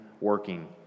working